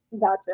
Gotcha